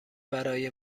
برای